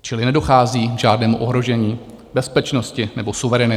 Čili nedochází k žádnému ohrožení bezpečnosti nebo suverenity.